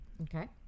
Okay